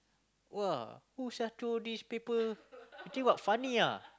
!wah! who sia throw this paper you think what funny ah